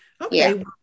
Okay